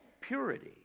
purity